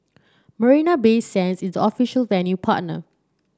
Marina Bay Sands is the official venue partner